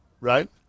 right